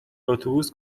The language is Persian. اتوبوس